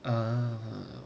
uh